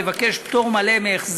שבו היה אפשר לבקש פטור מלא מהחזר.